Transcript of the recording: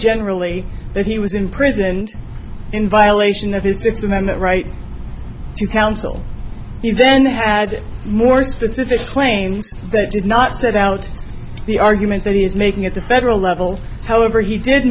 generally that he was imprisoned in violation of his fifth amendment right to counsel you then had more specific claims that did not set out the arguments that he is making at the federal level however he did